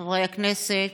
חברי הכנסת,